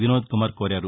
వినోద్ కుమార్ కోరారు